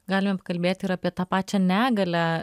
galime pakalbėti ir apie tą pačią negalią